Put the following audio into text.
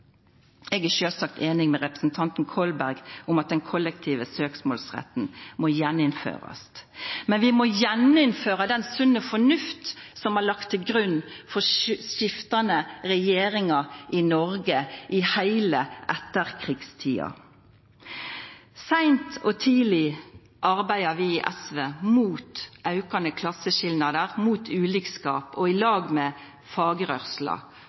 Eg er sjølvsagt einig med representanten Kolberg i at den kollektive søksmålsretten må gjeninnførast, men vi må gjeninnføra den sunne fornufta som har lege til grunn for skiftande regjeringar i Noreg i heile etterkrigstida. Seint og tidleg arbeider vi i SV mot aukande klasseskilnader, mot ulikskap og i lag med fagrørsla